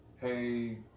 Hey